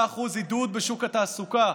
3% עידוד בשוק התעסוקה,